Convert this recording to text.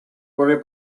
corre